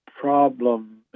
problem